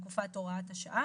תקופת הוראת השעה),